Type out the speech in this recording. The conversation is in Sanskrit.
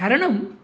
कारणम्